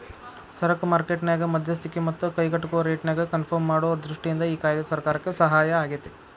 ಸರಕ ಮಾರ್ಕೆಟ್ ನ್ಯಾಗ ಮಧ್ಯಸ್ತಿಕಿ ಮತ್ತ ಕೈಗೆಟುಕುವ ರೇಟ್ನ್ಯಾಗ ಕನ್ಪರ್ಮ್ ಮಾಡೊ ದೃಷ್ಟಿಯಿಂದ ಈ ಕಾಯ್ದೆ ಸರ್ಕಾರಕ್ಕೆ ಸಹಾಯಾಗೇತಿ